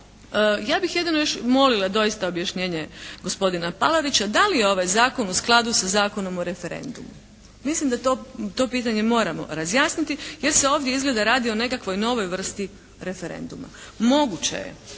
Ja bih jedino još molila doista objašnjenje gospodina Palarića da li je ovaj zakon u skladu sa Zakonom o referendumu. Mislim da to pitanje moramo razjasniti jer se ovdje izgleda radi o nekakvoj novoj vrsti referenduma. Moguće je,